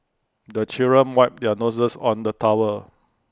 the children wipe their noses on the towel